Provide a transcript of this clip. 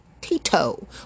Tito